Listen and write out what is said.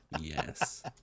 yes